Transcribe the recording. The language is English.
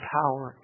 power